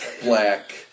black